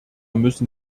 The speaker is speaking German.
müssen